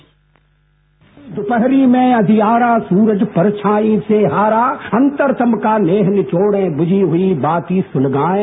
bite दुपहरी में अंधियारा सूरज परछाई से हारा अंतरतम का नेह निचोड़े बुझी हुई बाती सुलगाएं